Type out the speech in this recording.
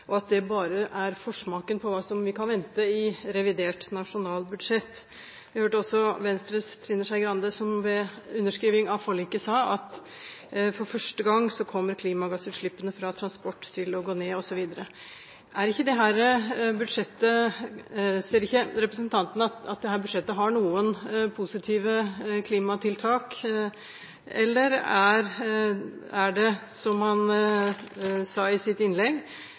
og at det bare er en forsmak på hva vi kan vente oss i revidert nasjonalbudsjett. Vi hørte også Venstres Trine Skei Grande, som ved underskriving av forliket sa at for første gang kommer klimagassutslippene fra transport til å gå ned osv. Ser ikke representanten at dette budsjettet har noen positive klimatiltak, eller er det, som han sa i sitt innlegg,